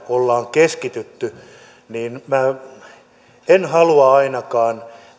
keskitytty minä en halua ainakaan